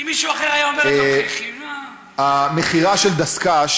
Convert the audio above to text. אם מישהו אחר היה אומר, מכירה של דסק"ש,